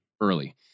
early